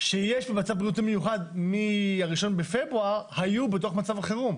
שיש במצב בריאות מיוחד מה-1 בפברואר היו בתוך מצב החירום.